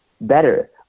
better